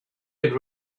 had